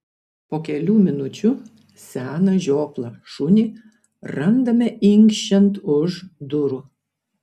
po kelių minučių seną žioplą šunį randame inkščiant už durų